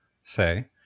say